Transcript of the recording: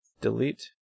Delete